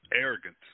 arrogance